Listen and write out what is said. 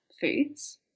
foods